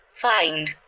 find